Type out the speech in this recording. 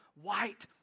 white